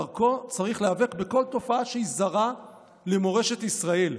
"ודרכו צריך להיאבק בכל תופעה שהיא זרה למורשת ישראל.